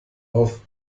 auf